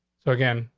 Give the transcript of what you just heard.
so again,